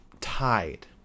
tied